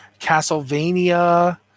Castlevania